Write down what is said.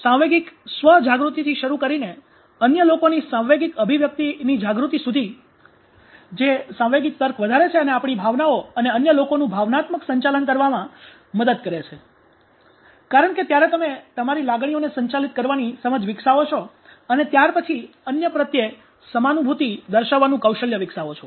સાંવેગિક 'સ્વ' જાગૃતિથી શરૂ કરીને અન્ય લોકોની સાંવેગિક અભિવ્યક્તિની જાગૃતિ સુધી જે સાંવેગિક તર્ક વધારે છે અને આપણી ભાવનાઓ અન્ય લોકોનું ભાવનાત્મક સંચાલન કરવામાં મદદ કરે છે કારણ કે ત્યારે તમે તમારી લાગણીઓને સંચાલિત કરવાની સમજ વિકસાવો છો અને ત્યાર પછી અન્ય પ્રત્યે સમાનુભૂતિ દર્શાવવાનું કૌશલ્ય વિકસાવો છો